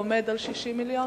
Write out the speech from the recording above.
העומד על 60 מיליון?